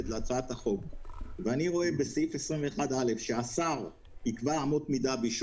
10. תהיה איתנו בדיון ותקבל התייחסות בהמשך,